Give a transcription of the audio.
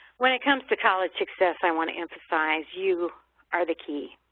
when it comes to college success, i want to emphasize you are the key,